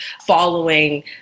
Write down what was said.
following